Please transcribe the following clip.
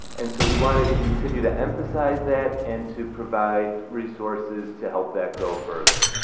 and so we want to continue to emphasize that and to provide resources to help that grow further.